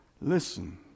listen